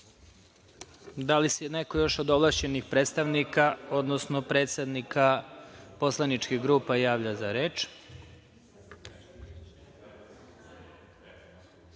li se neko još od ovlašćenih predstavnika, odnosno predsednika poslaničkih grupa javlja za reč?